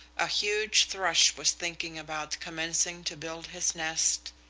a huge thrush was thinking about commencing to build his nest,